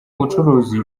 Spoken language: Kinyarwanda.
ubucuruzi